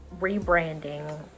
rebranding